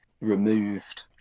removed